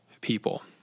people